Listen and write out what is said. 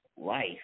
life